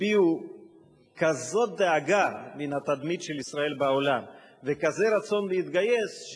הביעו כזאת דאגה מן התדמית של ישראל בעולם וכזה רצון להתגייס,